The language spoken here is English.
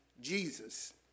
Jesus